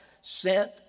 sent